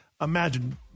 Imagine